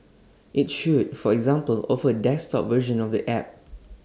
IT should for example offer desktop version of the app